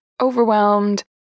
overwhelmed